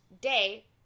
day